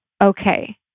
okay